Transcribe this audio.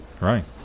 Right